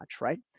right